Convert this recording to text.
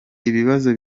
ibibazo